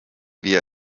wir